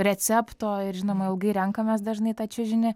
recepto ir žinoma ilgai renkamės dažnai tą čiužinį